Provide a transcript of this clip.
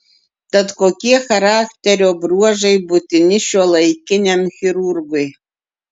tad kokie charakterio bruožai būtini šiuolaikiniam chirurgui